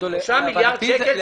זה הרבה כסף.